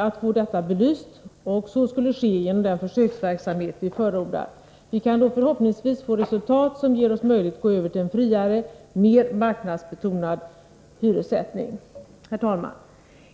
att få detta belyst, och så skulle ske genom den försöksverksamhet vi förordar. Vi kan då förhoppningsvis få resultat som ger oss möjlighet att gå över till en friare, mer marknadsbetonad, hyressättning. Herr talman!